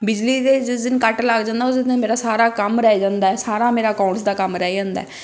ਬਿਜਲੀ ਦੇ ਜਿਸ ਦਿਨ ਕੱਟ ਲੱਗ ਜਾਂਦਾ ਉਸ ਦਿਨ ਮੇਰਾ ਸਾਰਾ ਕੰਮ ਰਹਿ ਜਾਂਦਾ ਸਾਰਾ ਮੇਰਾ ਅਕਾਊਂਟਸ ਦਾ ਕੰਮ ਰਹਿ ਜਾਂਦਾ